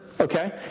okay